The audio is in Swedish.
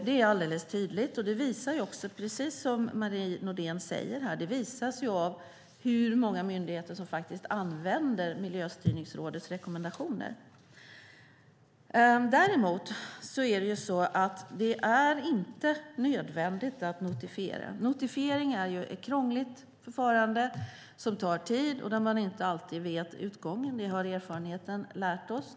Det är alldeles tydligt. Detta framgår också, som Marie Nordén säger, av hur många myndigheter som använder Miljöstyrningsrådets rekommendationer. Däremot är det inte nödvändigt med notifiering. Notifiering är ett krångligt förfarande som tar tid och där man inte alltid vet utgången. Det har erfarenheten lärt oss.